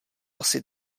asi